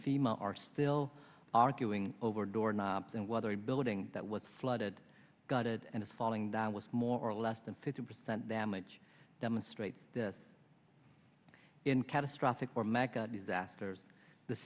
female are still arguing over door knobs and whether a building that was flooded gutted and is falling down was more or less than fifty percent damage demonstrate this in catastrophic for america disasters the